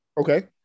Okay